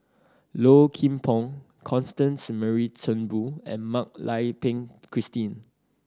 Low Kim Pong Constance Mary Turnbull and Mak Lai Peng Christine